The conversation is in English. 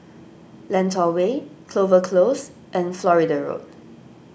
Lentor Way Clover Close and Florida Road